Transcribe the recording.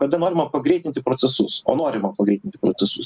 kada norima pagreitinti procesus o norima pagreitinti procesus